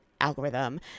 algorithm